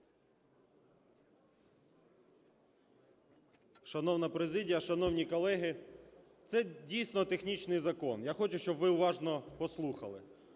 Шановна президія, шановні колеги! Це дійсно технічний закон. Я хочу, щоб ви уважно послухали.